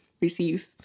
receive